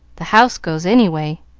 the house goes any way.